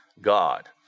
God